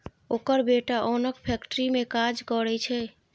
ओकर बेटा ओनक फैक्ट्री मे काज करय छै